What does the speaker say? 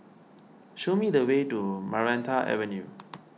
show me the way to Maranta Avenue